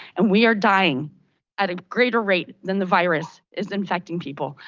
and we are dying at a greater rate than the virus is infecting people.